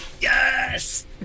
Yes